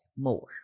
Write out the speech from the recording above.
more